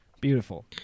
beautiful